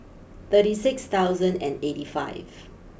thirty six thousand and eighty five